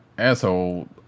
asshole